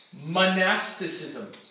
monasticism